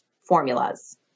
formulas